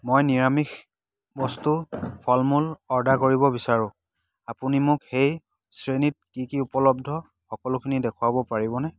মই নিৰামিষ বস্তু ফলমূল অৰ্ডাৰ কৰিব বিচাৰোঁ আপুনি মোক সেই শ্ৰেণীত কি কি উপলব্ধ সকলোখিনি দেখুৱাব পাৰিবনে